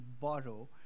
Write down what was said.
borrow